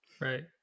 Right